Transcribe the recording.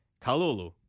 Kalulu